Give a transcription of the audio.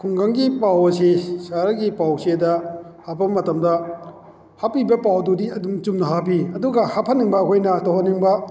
ꯈꯨꯡꯒꯪꯒꯤ ꯄꯥꯎ ꯑꯁꯤ ꯁꯍꯔꯒꯤ ꯄꯥꯎ ꯆꯦꯗ ꯍꯥꯞꯄ ꯃꯇꯝꯗ ꯍꯥꯞꯄꯤꯕ ꯄꯥꯎꯗꯨꯗꯤ ꯑꯗꯨꯝ ꯆꯨꯝꯅ ꯍꯥꯞꯄꯤ ꯑꯗꯨꯒ ꯍꯥꯞꯍꯟꯅꯤꯡꯕ ꯑꯩꯈꯣꯏꯅ ꯇꯧꯍꯟꯅꯤꯡꯕ